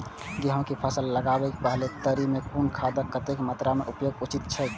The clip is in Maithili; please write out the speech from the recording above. गेहूं के फसल लगाबे से पेहले तरी में कुन खादक कतेक मात्रा में उपयोग उचित छेक?